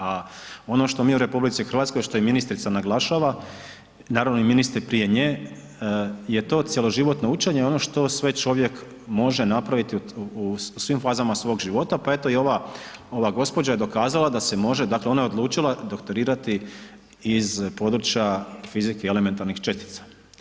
A ono što mi u RH što i ministrica naglašava, naravno i ministri prije nje je to cjeloživotno učenje i ono što sve čovjek može napraviti u svim fazama svog života, pa eto i ova gospođa je dokazala da se može, dakle ona je odlučila doktorirati iz područja fizike i elementarnih čestica.